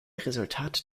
resultat